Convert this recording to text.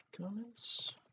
comments